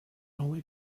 only